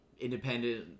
independent